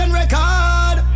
record